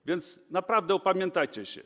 A więc naprawdę opamiętajcie się.